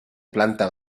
planta